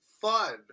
Fun